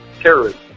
terrorism